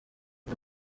uyu